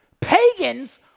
Pagans